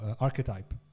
archetype